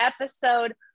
episode